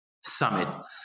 summit